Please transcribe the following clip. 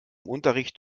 unterricht